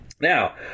Now